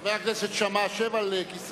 חבר הכנסת כרמל